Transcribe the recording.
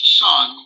son